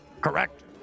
correct